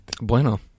Bueno